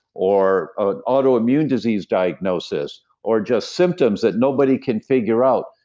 or an autoimmune disease diagnosis, or just symptoms that nobody can figure out,